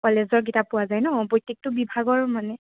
কলেজৰ কিতাপ পোৱা যায় নহ্ প্ৰত্যেকটো বিভাগৰ মানে